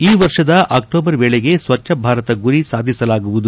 ಈ ವರ್ಷದ ಅಕ್ಕೋಬರ್ ವೇಳೆಗೆ ಸ್ವಚ್ಚ ಭಾರತ ಗುರಿ ಸಾಧಿಸಲಾಗುವುದು